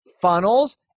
Funnels